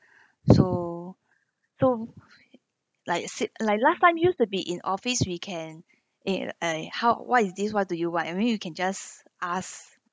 so so like sit like last time used to be in office we can eh uh how what is this what do you want I mean you can just ask